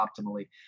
optimally